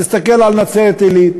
תסתכל על נצרת-עילית,